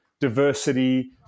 diversity